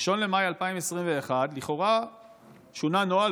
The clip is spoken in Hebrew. ב-1 במאי 2021 לכאורה שונה הנוהל,